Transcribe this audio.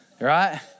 right